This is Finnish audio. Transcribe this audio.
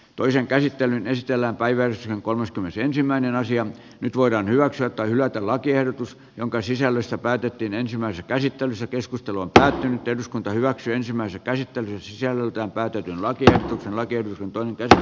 toisen käsittelyn estellä päiväys kolmaskymmenesensimmäinen nyt voidaan hyväksyä tai hylätä lakiehdotus jonka sisällöstä päätettiin ensimmäisessä käsittelyssä keskustelu on päättänyt eduskunta hyväksyi ensimmäisen käsittelyn jälkeen päätettiin laatia oikeita tunteita